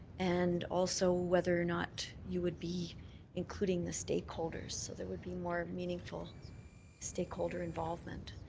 and also whether or not you would be including the stakeholders so there would be more meaningful stakeholder involvement.